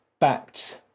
backed